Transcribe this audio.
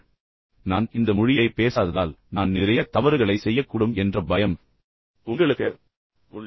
எனவே நான் இந்த மொழியைப் பேசாததால் நான் நிறைய தவறுகளைச் செய்யக்கூடும் என்ற பயம் உங்களுக்கு உள்ளது